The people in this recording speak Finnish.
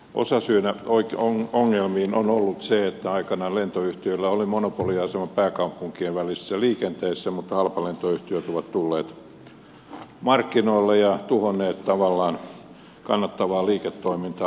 osasyynä ongelmiin on ollut se että aikanaan lentoyhtiöillä oli monopoliasema pääkaupunkien välisessä liikenteessä mutta halpalentoyhtiöt ovat tulleet markkinoille ja tuhonneet tavallaan kannattavaa liiketoimintaa alentamalla hintoja